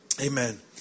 Amen